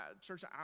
Church